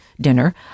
dinner